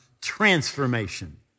transformation